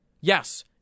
Yes